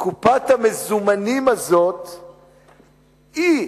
קופת המזומנים הזאת תהיה,